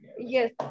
Yes